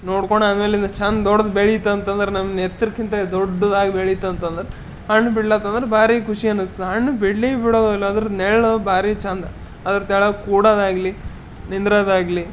ನೋಡ್ಕೊಂಡಾದಮೇಲೆ ಇದು ಚೆಂದ ದೊಡ್ದು ಬೆಳೀತಂತಂದ್ರೆ ನಮ್ಮ ಎತ್ತರಕ್ಕಿಂತ ದೊಡ್ಡದಾಗಿ ಬೆಳೀತಂತಂದ್ರೆ ಹಣ್ಣು ಬಿಡ್ಲಾಕಂತಂದ್ರೆ ಭಾರಿ ಖುಷಿಯನ್ನಿಸ್ತು ಹಣ್ಣು ಬಿಡಲಿ ಬಿಡಲಿ ಅದ್ರ ನೆರ್ಳು ಭಾರಿ ಚೆಂದ ಅದ್ರು ತಲೆ ಕೂಡೋದಾಗಲಿ ನಿಂದ್ರೊದಾಗಲಿ